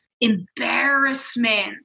embarrassment